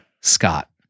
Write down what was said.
Scott